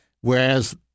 whereas